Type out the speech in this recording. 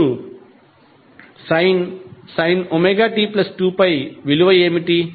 ఇప్పుడు sin ωt2πవిలువ ఏమిటి